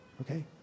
okay